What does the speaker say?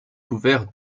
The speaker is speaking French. ouvert